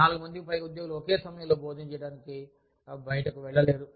4 మందికి పైగా ఉద్యోగులు ఒకే సమయంలో భోజనం చేయడానికి బయటకు వెళ్లలేరు